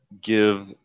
give